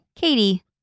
Katie